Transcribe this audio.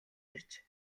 ирж